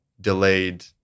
delayed